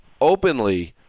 openly